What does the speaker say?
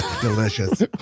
Delicious